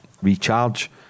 recharge